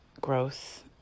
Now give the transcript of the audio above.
growth